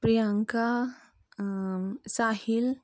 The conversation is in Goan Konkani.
प्रियांका साहिल